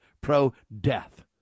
pro-death